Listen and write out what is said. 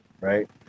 Right